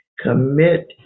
Commit